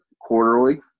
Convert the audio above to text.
quarterly